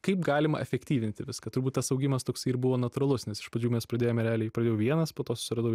kaip galima efektyvinti viską turbūt tas augimas toksai ir buvo natūralus nes iš pradžių mes pradėjome realiai pradėjau vienas po to susiradau